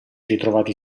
ritrovati